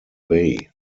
bay